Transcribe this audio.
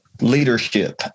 leadership